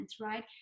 right